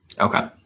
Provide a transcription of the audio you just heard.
Okay